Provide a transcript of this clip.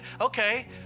okay